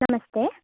नमस्ते